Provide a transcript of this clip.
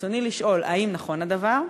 ברצוני לשאול: 1. האם נכון הדבר?